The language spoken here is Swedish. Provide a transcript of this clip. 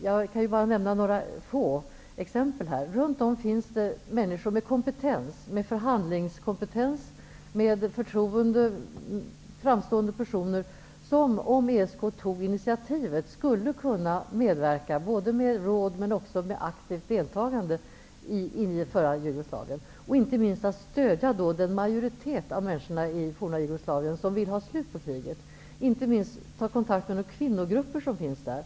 Jag kan bara nämna några få exempel här, men runt om finns det människor med förhandlingskompetens som inger förtroende -- framstående personer -- som om ESK tog initiativet skulle kunna medverka med både råd och med aktivt deltagande i det förra Jugoslavien. De skulle inte minst stödja den majoritet av människor i det forna Jugoslavien som vill ha slut på kriget. De skulle kunna ta kontakt med de kvinnogrupper som finns där.